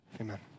amen